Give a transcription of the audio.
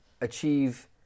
achieve